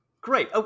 Great